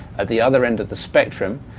at the other end of the spectrum,